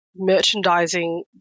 merchandising